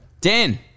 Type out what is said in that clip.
Dan